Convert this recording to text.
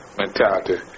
mentality